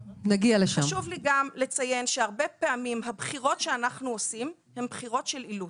הרבה פעמים הבחירות שאנחנו עושים הן בחירות של אילוץ.